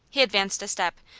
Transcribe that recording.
he advanced a step,